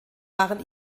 waren